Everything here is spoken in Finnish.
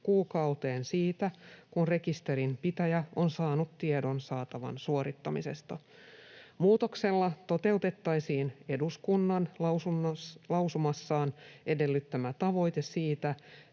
kuukauteen siitä, kun rekisterinpitäjä on saanut tiedon saatavan suorittamisesta. Muutoksella toteutettaisiin eduskunnan lausumassaan edellyttämä tavoite siitä,